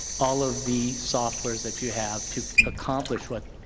all of the software that you have to accomplish what